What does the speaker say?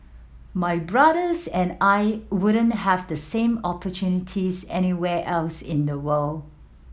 my brothers and I wouldn't have the same opportunities anywhere else in the world